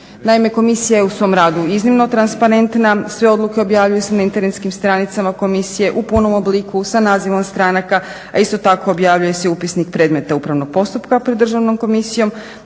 Naime, komisija je u svom radu iznimno transparentna, sve odluke objavljuju se na internetskim stranicama komisije u punom obliku sa nazivom stranaka, a isto tako objavljuje se i upisnik predmeta upravnog postupka pred Državnom komisijom